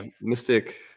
Mystic